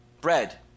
bread